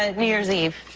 ah new year's eve?